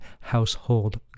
Household